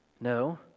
No